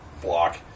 block